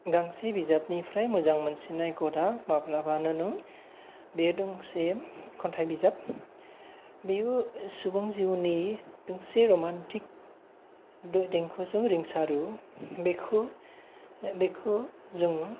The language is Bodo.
गांसे बिजाबनिफ्राय मोजां मोनसिननायखौ दां माब्लाबा नों बे दोंसे खन्थाय बिजाब बेयो सुबुं जिउनि दोंसे रमानटिक देंखोजों रिंसारो बेखौ बेखौ जोङो